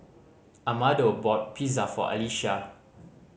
Amado bought Pizza for Alisha